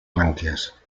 brànquies